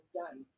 done